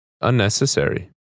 unnecessary